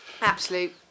Absolute